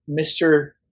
Mr